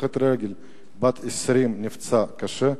הולכת רגל בת 20 נפצעה קשה,